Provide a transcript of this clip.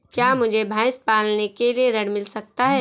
क्या मुझे भैंस पालने के लिए ऋण मिल सकता है?